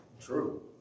True